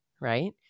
right